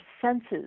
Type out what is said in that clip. senses